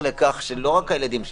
לא רק הילדים שלהם.